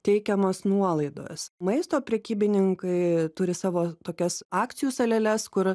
teikiamos nuolaidos maisto prekybininkai turi savo tokias akcijų saleles kur